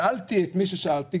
שאלתי את מי ששאלתי,